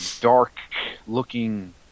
dark-looking